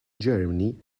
germany